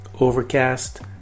overcast